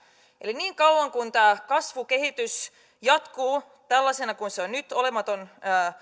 eli niin kauan kuin tämä kasvukehitys jatkuu tällaisena kuin se on nyt olematon